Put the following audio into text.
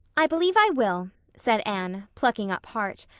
i believe i will, said anne, plucking up heart.